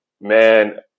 man